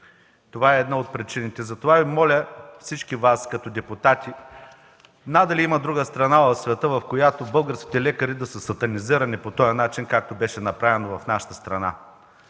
това е една от причините. Затова Ви моля всички Вас като депутати – надали има друга страна в света, в която българските лекари да са сатанизирани по начина, както беше направено в нашата страна